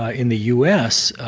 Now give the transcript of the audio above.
ah in the us,